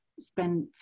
spend